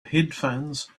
headphones